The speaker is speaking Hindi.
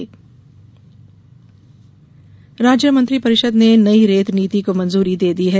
कैबिनेट राज्य मंत्रिपरिषद ने नई रेत नीति को मंजूरी दे दी है